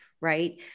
right